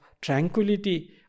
tranquility